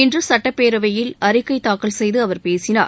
இன்று சட்டப்பேரவையில் அறிக்கை தாக்கல் செய்து அவர் பேசினார்